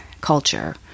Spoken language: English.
culture